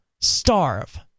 starve